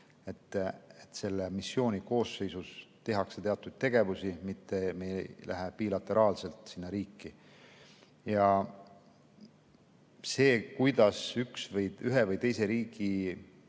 Selle missiooni koosseisus tehakse teatud tegevusi, mitte me ei lähe bilateraalselt sinna riiki. See, kuidas ühe või teise riigi